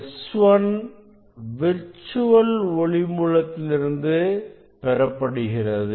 S1 virtual ஒளி மூலத்திலிருந்து பெறப்படுகிறது